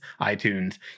iTunes